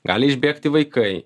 gali išbėgti vaikai